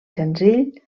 senzill